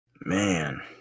Man